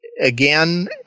again